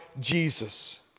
Jesus